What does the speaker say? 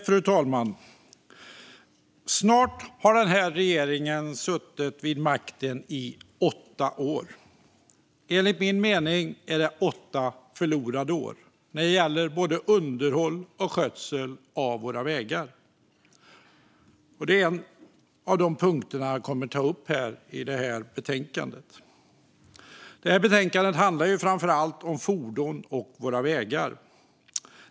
Fru talman! Snart har den här regeringen suttit vid makten i åtta år. Enligt min mening är det åtta förlorade år när det gäller både underhåll och skötsel av våra vägar. Det är en av de punkter i betänkandet som jag kommer att ta upp. Betänkandet handlar framför allt om fordon och om våra vägar.